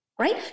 right